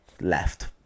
left